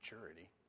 maturity